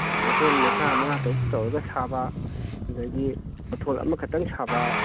ꯃꯊꯣꯟ ꯃꯈꯥ ꯃꯉꯥ ꯇꯔꯨꯛ ꯇꯧꯔꯒ ꯁꯥꯕ ꯑꯗꯒꯤ ꯃꯊꯣꯟ ꯑꯃꯈꯇꯪ ꯁꯥꯕ